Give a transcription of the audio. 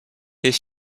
est